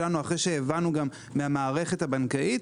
אחרי שהבנו מהמערכת הבנקאית,